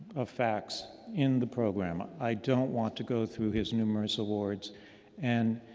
of facts in the program. i don't want to go through his numerous awards and